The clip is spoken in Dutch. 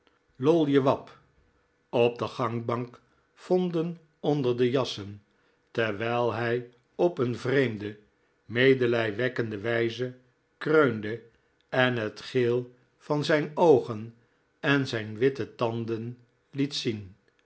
loll jewab op de gangbank vonden onder de jassen terwijl hij op een vreemde medelijwekkende wijze kreunde en het geel van zijn oogen en zijn witte tanden liet zien